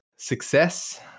Success